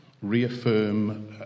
reaffirm